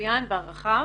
המצוין והרחב.